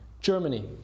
Germany